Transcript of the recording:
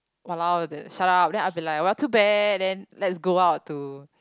!walao! that shut up then I'll be like well too bad then like it's go out to